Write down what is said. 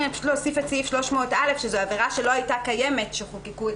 להוסיף את סעיף 300א שזו עבירה שלא הייתה קיימת כשחוקקו את